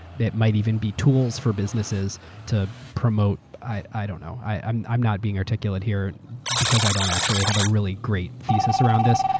that might even be tools for businesses to promote, i don't know. i'm i'm not being articulate here because i don't actually have a really great thesis around this,